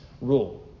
rule